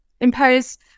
impose